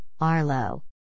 Arlo